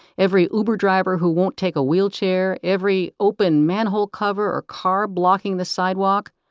every uber driver who won't take a wheelchair, every open manhole cover or car blocking the sidewalk,